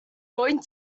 going